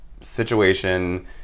situation